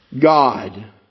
God